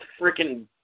freaking